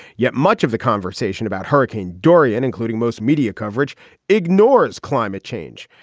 yet much of the conversation about hurricane dorian including most media coverage ignores climate change.